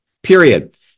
Period